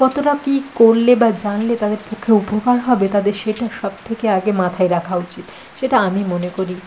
কতটা কী করলে বা জানলে তাদের পক্ষে উপকার হবে তাদের সেটা সবথেকে আগে মাথায় রাখা উচিত সেটা আমি মনে করি